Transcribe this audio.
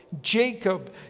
Jacob